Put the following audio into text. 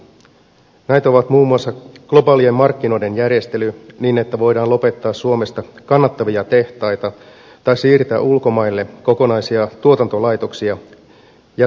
näitä ovat muun muassa globaalien markkinoiden järjestely niin että suomesta voidaan lopettaa kannattavia tehtaita tai siirtää ulkomaille kokonaisia tuotantolaitoksia jättäen kotimaahan satoja työttömiä